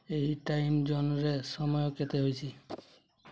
ଏହି ଟାଇମ୍ ଜୋନ୍ରେ ସମୟ କେତେ ହେଇଛି